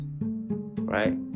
right